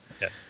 Yes